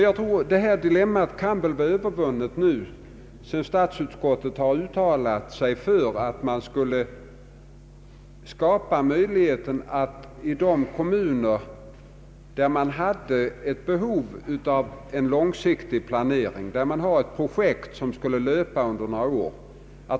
Jag tror dock att det här dilemmat kan vara övervunnet nu, sedan statsutskottet har uttalat sig för att det bör skapas möjligheter att tillgodose kommuner som har behov av en långsiktig planering med tanke på projekt som skulle löpa under några år.